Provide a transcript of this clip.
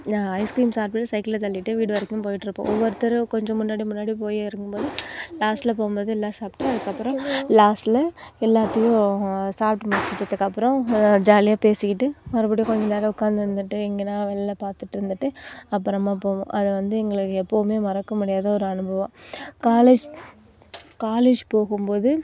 ice cream சாப்பிட்டுட்டு சைக்கிளை தள்ளிட்டே வீடு வரைக்கும் போய்ட்ருப்போம் ஒவ்வொருத்தர் கொஞ்சம் முன்னாடி முன்னாடி போய் இறங்கும்போது லாஸ்ட்ல போகும்போது எல்லாம் சாப்பிட்டு அதுக்கப்புறம் லாஸ்ட்ல எல்லாத்தையும் சாப்பிட்டு முடிச்சிட்டத்துக்கப்புறம் ஜாலியாக பேசிக்கிட்டு மறுபடியும் கொஞ்ச நேரம் உட்காந்திருந்துட்டு எங்கேனா வெளில பார்த்துட்டு இருந்துட்டு அப்புறமா போவோம் அதை வந்து எங்களுக்கு எப்போவுமே மறக்க முடியாத ஒரு அனுபவம் காலேஜ் காலேஜ் போகும்போது